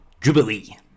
Jubilee